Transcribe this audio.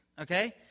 okay